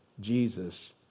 Jesus